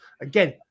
Again